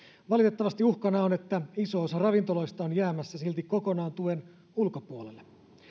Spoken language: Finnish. valitettavasti uhkana on että iso osa ravintoloista on jäämässä silti kokonaan tuen ulkopuolelle